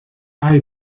hay